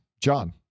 John